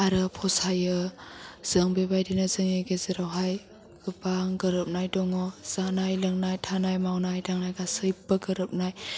आरो फसायो जों बेबायदिनो जोंनि गेजेरावहाय गोबां गोरोबनाय दङ जानाय लोंनाय थानाय मावनाय दांनाय गासिबो गोरोबनाय